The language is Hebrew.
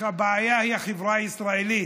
הבעיה היא החברה הישראלית.